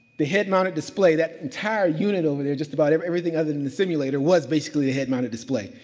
the head mounted display, that entire unit over there, just about everything other than the simulator was basically a head mounted display.